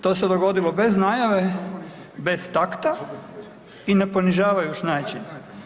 To se dogodilo bez najave, bez takta i na ponižavajuć način.